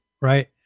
right